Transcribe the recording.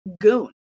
goon